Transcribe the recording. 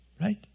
Right